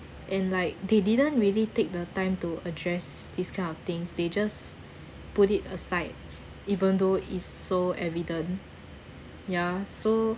and like they didn't really take the time to address this kind of things they just put it aside even though it's so evident ya so